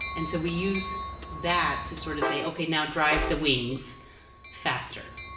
and so we use that to sort of say, okay. now, drive the wings faster.